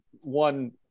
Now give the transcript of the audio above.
one